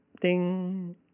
ding